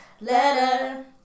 letter